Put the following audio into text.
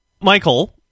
Michael